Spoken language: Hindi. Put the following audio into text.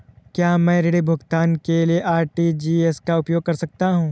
क्या मैं ऋण भुगतान के लिए आर.टी.जी.एस का उपयोग कर सकता हूँ?